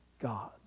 God